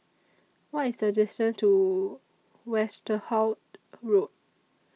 What IS The distance to Westerhout Road